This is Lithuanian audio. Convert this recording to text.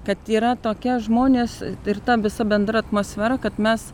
kad yra tokie žmonės ir ta visa bendra atmosfera kad mes